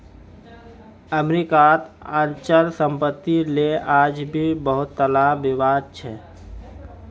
अमरीकात अचल सम्पत्तिक ले आज भी बहुतला विवाद छ